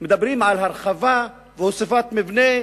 מדברים על הרחבה ועל הוספת מבנה,